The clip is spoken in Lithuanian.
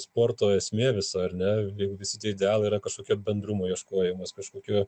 sporto esmė visa ar ne visi tie idealai yra kažkokio bendrumo ieškojimas kažkokių